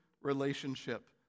relationship